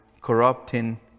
corrupting